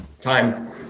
Time